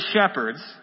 shepherds